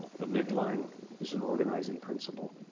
the midline is an organizing principle.